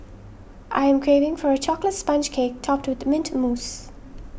I am craving for a Chocolate Sponge Cake Topped with Mint Mousse